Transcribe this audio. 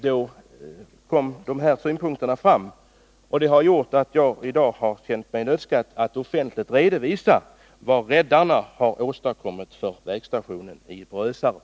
Då kom de här synpunkterna fram, och det har gjort att jag i dag känt mig nödsakad att offentligt redovisa vad ”räddarna” har åstadkommit för vägstationen i Brösarp.